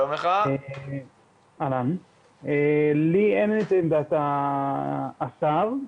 אין לי את עמדת השר,